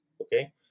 okay